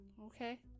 Okay